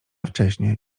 wcześnie